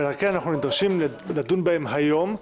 ועל כן אנחנו נדרשים לדון בהן היום.